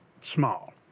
small